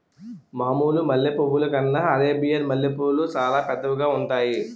మామూలు మల్లె పువ్వుల కన్నా అరేబియన్ మల్లెపూలు సాలా పెద్దవిగా ఉంతాయి